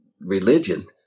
religion